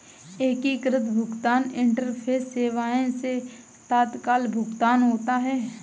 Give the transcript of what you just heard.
एकीकृत भुगतान इंटरफेस सेवाएं से तत्काल भुगतान होता है